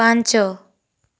ପାଞ୍ଚ